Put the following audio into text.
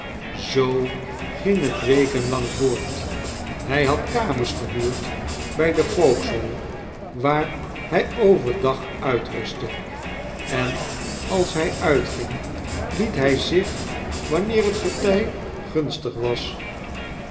zoo ging het weken lang voort hij had kamers gehuurd bij de vauxhall waar hij over dag uitrustte en als hij uttging liet hij zich wanneer het getij gunstig was